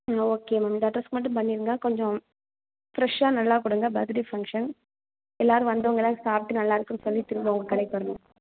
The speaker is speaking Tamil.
ம் ஓகே மேம் இந்த அட்ரெஸ்க்கு மட்டும் பண்ணிருங்க கொஞ்சம் ஃப்ரெஷ்ஷாக நல்லா கொடுங்க பர்த்டே ஃபங்க்ஷன் எல்லாரும் வந்தவங்க எல்லாரும் சாப்பிட்டு நல்லா இருக்குன்னு சொல்லி திரும்ப உங்கள் கடைக்கு வரணும்